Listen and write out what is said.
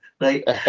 Right